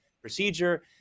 procedure